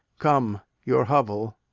come, your hovel.